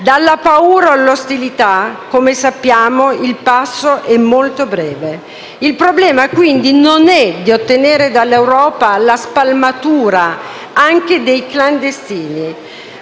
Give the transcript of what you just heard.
Dalla paura all'ostilità, come sappiamo, il passo è molto breve. Il problema quindi non è di ottenere dall'Europa la spalmatura anche dei clandestini,